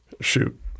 Shoot